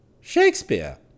Shakespeare